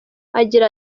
agira